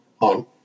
on